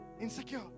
Insecure